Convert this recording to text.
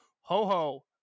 Ho-Ho